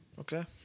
Okay